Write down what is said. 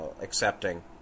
accepting